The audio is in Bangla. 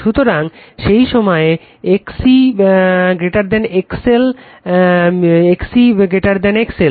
সুতরাং সেই সময়ে XC XL XC XL